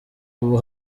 ubu